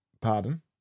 Pardon